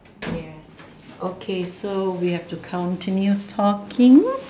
yes okay so we have to continue talking